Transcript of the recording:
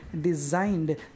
designed